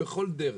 בכל דרך.